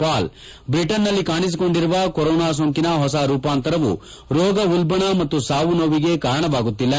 ಪಾಲ್ ಬ್ರಿಟನ್ನಲ್ಲಿ ಕಾಣಿಸಿಕೊಂಡಿರುವ ಕೊರೋನಾ ಸೋಂಕಿನ ಹೊಸ ರೂಪಾಂತರವು ರೋಗ ಉಲ್ಬಣ ಮತ್ತು ಸಾವು ನೋವಿಗೆ ಕಾರಣವಾಗುತ್ತಿಲ್ಲ